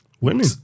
Women